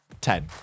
Ten